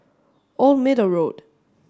Old Middle Road